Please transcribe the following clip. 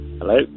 Hello